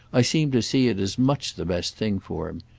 i seem to see it as much the best thing for him.